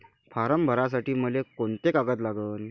Form भरासाठी मले कोंते कागद लागन?